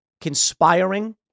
conspiring